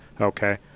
okay